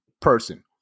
person